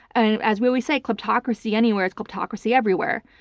and as we always say, kleptocracy anywhere, it's kleptocracy everywhere.